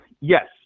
yes